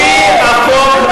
לפי החוק הזה,